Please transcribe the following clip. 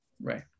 Right